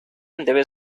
debe